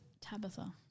Tabitha